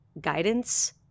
guidance